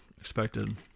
expected